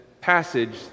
passage